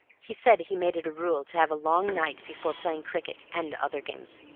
he said he made it a rule to have a long night before playing cricket and other games.